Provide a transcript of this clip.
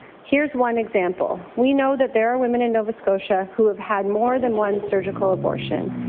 here is one example. we know that there are women in nova scotia who have had more than one surgical abortion.